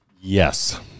Yes